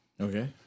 Okay